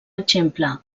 exemple